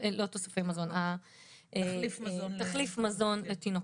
תחליף מזון לתינוקות.